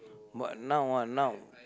but now ah now